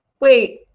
Wait